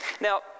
now